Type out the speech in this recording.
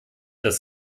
das